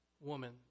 woman